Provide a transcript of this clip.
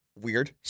weird